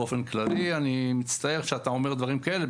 באופן כללי אני מצטער שאתה אומר דברים כאלה,